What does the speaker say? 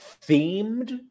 themed